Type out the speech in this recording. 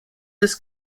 des